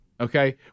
Okay